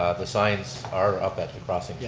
ah the signs are up at the crossing. yeah